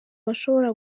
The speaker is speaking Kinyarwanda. bashobora